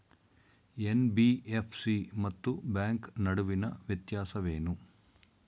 NBFC ಮತ್ತು bank ನಡುವಿನ ವ್ಯತ್ಯಾಸವೇನು?